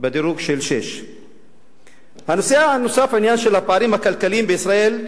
בדירוג של 6. הנושא הנוסף הוא הפערים הכלכליים בישראל,